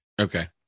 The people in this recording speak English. Okay